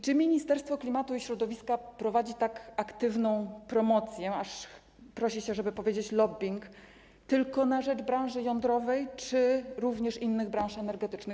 Czy Ministerstwo Klimatu i Środowiska prowadzi tak aktywną promocję, aż prosi się, żeby powiedzieć: lobbing, tylko na rzecz branży jądrowej czy również innych branż energetycznych?